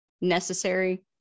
necessary